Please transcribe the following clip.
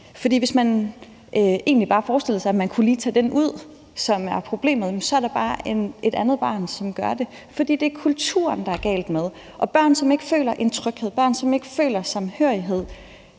Hvis man bare forestillede sig, at man lige kunne tage det barn ud, som er problemet, så er der bare et andet barn, som gør det. For det er kulturen, der er noget galt med. Børn, som ikke føler en tryghed, og som ikke føler samhørighed,